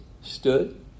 stood